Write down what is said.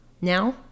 Now